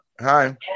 Hi